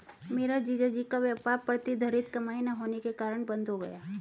मेरे जीजा जी का व्यापार प्रतिधरित कमाई ना होने के कारण बंद हो गया